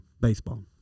baseball